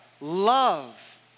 love